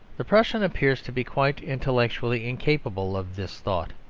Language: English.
the prussian appears to be quite intellectually incapable of this thought.